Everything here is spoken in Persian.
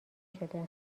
شده